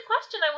question